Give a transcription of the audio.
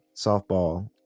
softball